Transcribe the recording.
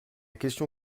question